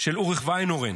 של אוריך ואיינהורן?